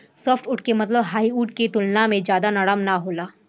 softwood के मतलब hardwood के तुलना में ज्यादा नरम ना होला